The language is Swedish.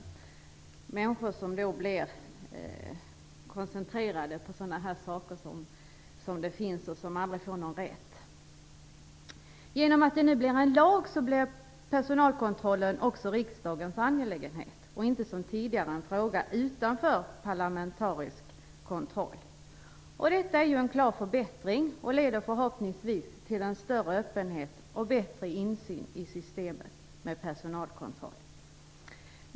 Det gäller människor som blir koncentrerade på sådana här saker och som aldrig får någon rätt. Genom att det nu blir en lag kommer personalkontrollen också att bli riksdagens angelägenhet och inte som tidigare en fråga utanför parlamentarisk kontroll. Det är en klar förbättring och leder förhoppningsvis till en större öppenhet och bättre insyn i systemet med personalkontroll.